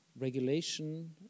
regulation